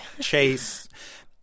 Chase